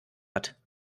hat